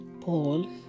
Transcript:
Paul